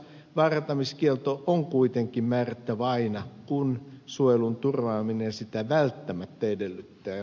vaarantamiskielto on kuitenkin määrättävä aina kun suojelun turvaaminen sitä välttämättä edellyttää